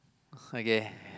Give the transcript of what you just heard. okay